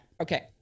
Okay